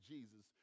Jesus